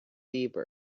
deeper